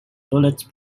bullet